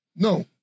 No